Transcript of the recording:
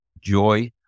joy